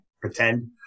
pretend